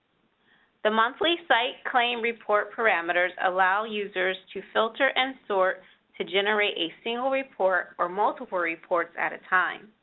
the monthly site claim report parameters allow users to filter and sort to generate a single report or multiple reports at a time.